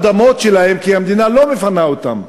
המדינה,